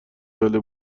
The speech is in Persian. ساله